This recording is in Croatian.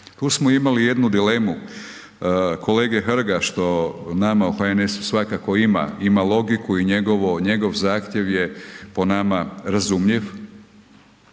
Tu smo imali jednu dilemu kolege Hrga što nama u HNS-u svakako ima, ima logiku i njegov zahtjev je po nama razumljiv,